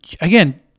again